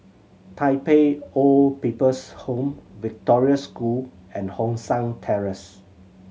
Tai Pei Old People's Home Victoria School and Hong San Terrace